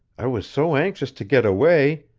i was so anxious to get away,